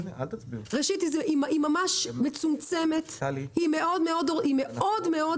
ראשית, היא ממש מצומצמת, היא מאוד-מאוד